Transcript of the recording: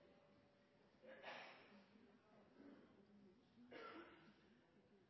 er det